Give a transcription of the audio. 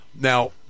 Now